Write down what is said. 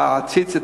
העציץ,